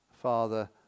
Father